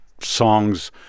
songs